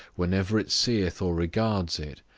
whenever it seeth or regards it,